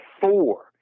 four